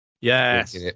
Yes